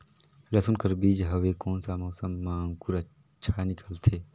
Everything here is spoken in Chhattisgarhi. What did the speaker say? लसुन कर बीजा हवे कोन सा मौसम मां अंकुर अच्छा निकलथे?